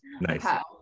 nice